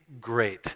Great